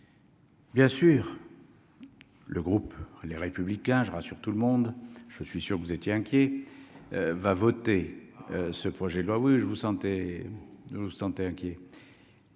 Bien sûr, le groupe, les républicains je rassure tout le monde, je suis sûr que vous étiez inquiet va voter ce projet de loi oui je vous sentez nous